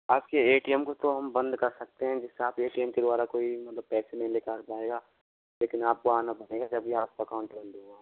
आपके A T M को तो हम बंद कर सकते हैं जिससे आपका ए टी एम के द्वारा कोई यह मतलब कोई पैसे नहीं निकाल पाएगा लेकिन आपको आना पड़ेगा जब भी आपका अकाउंट बंद होगा